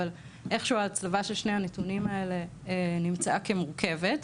אבל איכשהו ההצלבה של שני הנתונים האלה נמצאה כמורכבת.